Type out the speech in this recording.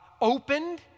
opened